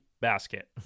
basket